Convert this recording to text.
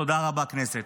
תודה רבה, כנסת.